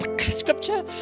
scripture